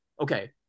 okay